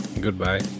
goodbye